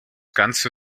ganze